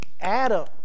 Adam